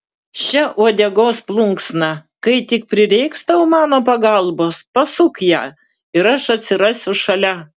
še uodegos plunksną kai tik prireiks tau mano pagalbos pasuk ją ir aš atsirasiu šalia